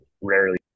rarely